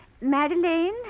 Madeline